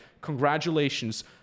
Congratulations